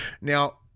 Now